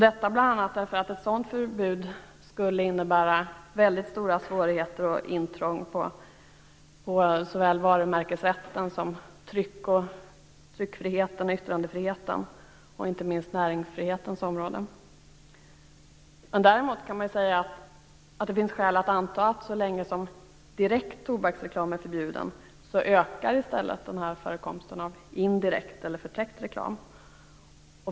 Detta bl.a. för att ett sådant förbud skulle innebära stora svårigheter och intrång på såväl varumärkesrättens som tryck och yttrandefrihetens och inte minst näringsfrihetens områden. Däremot finns det skäl att anta att förekomsten av indirekt eller förtäckt reklam ökar så länge direkt tobaksreklam är förbjuden.